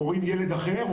או רואים ילד אחר,